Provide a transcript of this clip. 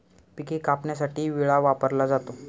पिके कापण्यासाठी विळा वापरला जातो